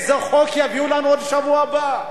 איזה עוד חוק יביאו לנו בשבוע הבא.